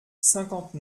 cinquante